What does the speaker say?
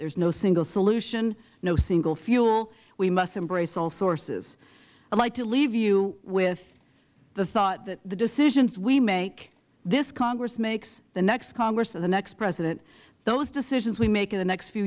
there is no single solution no single fuel we must embrace all sources i would like to leave you with the thought that the decisions we make this congress makes the next congress and the next president those decisions we make in the next few